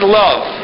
love